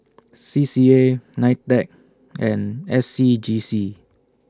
C C A NITEC and S C G C